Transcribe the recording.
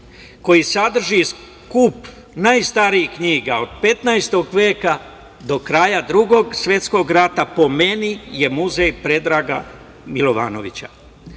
muzej sadrži skup najstarijih knjiga od 15. veka do kraja Drugog svetskog rata, po meni, Muzej Predraga Milovanovića. Narodna